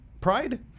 Pride